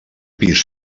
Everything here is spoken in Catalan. pis